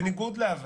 בניגוד לעבר,